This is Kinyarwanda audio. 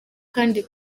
kandi